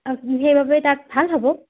অঁ সেইবাবে তাত ভাল হ'ব